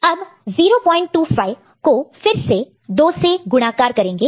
अब 025 को हम फिर से 2 से गुणाकार मल्टीप्लाई multiply करेंगे तो हमें 05 मिलता है